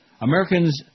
Americans